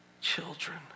children